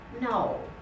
no